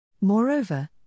Moreover